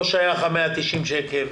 לא שייך על 190 שקל.